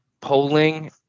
polling